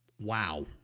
wow